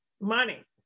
money